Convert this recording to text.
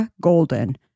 Golden